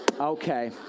Okay